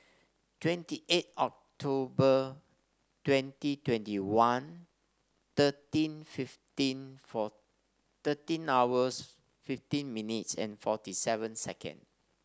twenty eight October twenty twenty one thirteen fifteen four thirteen hours fifteen minutes and forty seven seconds